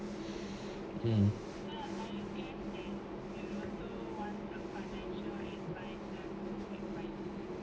um